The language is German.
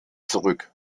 zurück